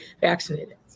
vaccinated